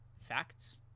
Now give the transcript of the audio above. Facts